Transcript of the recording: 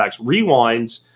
rewinds